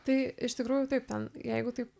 tai iš tikrųjų taip ten jeigu taip